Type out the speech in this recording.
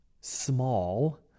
small